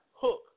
hook